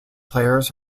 players